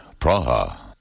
Praha